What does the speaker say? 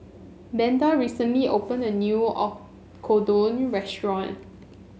Beda recently opened a new Oyakodon restaurant